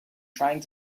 trying